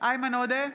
איימן עודה,